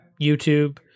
youtube